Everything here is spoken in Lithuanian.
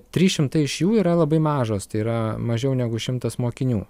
trys šimtai iš jų yra labai mažos tai yra mažiau negu šimtas mokinių